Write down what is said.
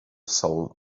soul